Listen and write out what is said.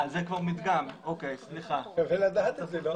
שווה לדעת את זה.